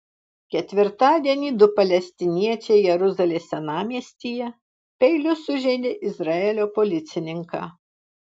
ketvirtadienį du palestiniečiai jeruzalės senamiestyje peiliu sužeidė izraelio policininką